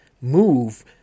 move